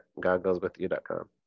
Godgoeswithyou.com